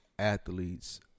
athletes